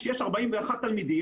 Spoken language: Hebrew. כשיש 41 תלמידים,